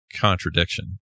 contradiction